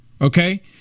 okay